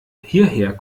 hierher